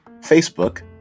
Facebook